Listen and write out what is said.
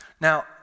Now